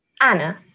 Anna